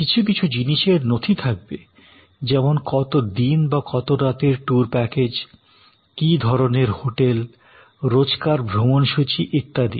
কিছু কিছু জিনিসের নথি থাকবে যেমন কত দিন বা কত রাতের ট্যুর প্যাকেজ কী ধরণের হোটেল রোজকার ভ্রমণসূচি ইত্যাদি